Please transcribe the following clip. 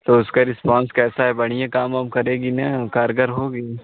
तो उसका रिस्पॉन्स कैसा है बढ़िया काम वाम करेगी न कारगर होगी